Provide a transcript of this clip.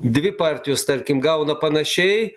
dvi partijos tarkim gauna panašiai